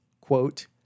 quote